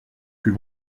plus